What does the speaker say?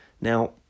Now